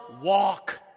walk